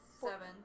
seven